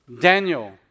Daniel